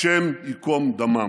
השם ייקום דמם.